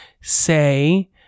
say